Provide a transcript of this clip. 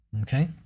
okay